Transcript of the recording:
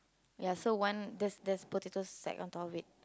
ya so one there's there's potato sack on top of it